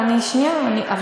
את חושבת שאני לא